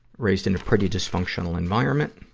raised in a pretty dysfunctional environment.